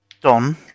Don